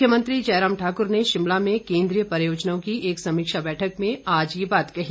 मुख्यमंत्री जयराम ठाकुर ने शिमला में केन्द्रीय परियोजनाओं की एक समीक्षा बैठक में आज ये बात कही